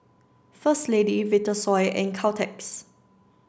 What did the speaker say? First Lady Vitasoy and Caltex